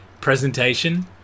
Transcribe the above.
presentation